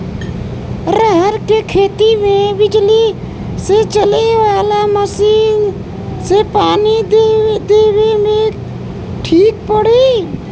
रहर के खेती मे बिजली से चले वाला मसीन से पानी देवे मे ठीक पड़ी?